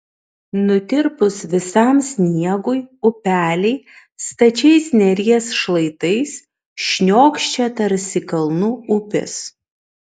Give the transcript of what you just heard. nutirpus visam sniegui upeliai stačiais neries šlaitais šniokščia tarsi kalnų upės